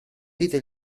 dite